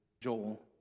Joel